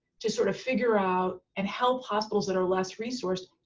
to sort of figure out, and help hospitals that are less resourced,